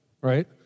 right